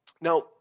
Now